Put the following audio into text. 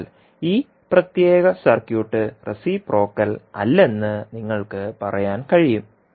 അതിനാൽ ഈ പ്രത്യേക സർക്യൂട്ട് റെസിപ്രോക്കൽ അല്ലെന്ന് നിങ്ങൾക്ക് പറയാൻ കഴിയും